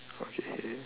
okay